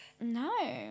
No